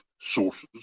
sources